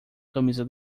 camisa